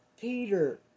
Peter